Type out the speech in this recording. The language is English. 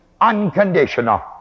unconditional